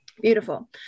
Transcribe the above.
beautiful